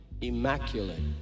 immaculate